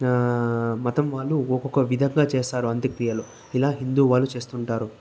మతం వాళ్ళు ఒక్కొక్క విధంగా చేస్తారు అంత్యక్రియలు ఇలా హిందూ వాళ్ళు చేస్తుంటారు